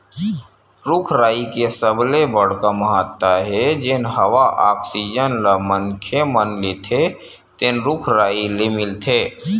रूख राई के सबले बड़का महत्ता हे जेन हवा आक्सीजन ल मनखे मन लेथे तेन रूख राई ले मिलथे